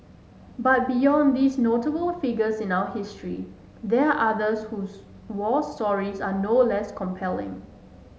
but beyond these notable figures in our history there are others whose war stories are no less compelling